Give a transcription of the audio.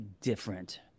different